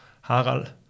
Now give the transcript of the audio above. Harald